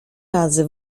razy